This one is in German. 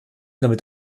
damit